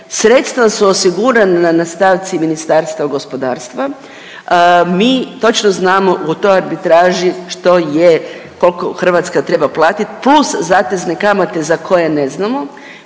Sredstva su osigurana na stavci Ministarstva gospodarstva. Mi točno znamo u toj arbitraži što je, kolko Hrvatska treba platit + zatezne kamate za koje ne znamo,